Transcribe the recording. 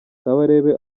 kabarebe